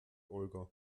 olga